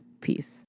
Peace